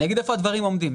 אני אגיד איפה הדברים עומדים.